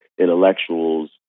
intellectuals